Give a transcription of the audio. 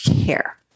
care